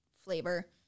flavor